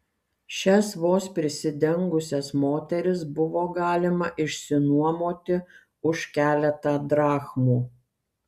šias vos prisidengusias moteris buvo galima išsinuomoti už keletą drachmų